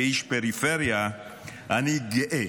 כאיש פריפריה אני גאה